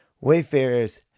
wayfarers